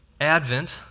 Advent